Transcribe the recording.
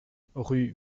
rue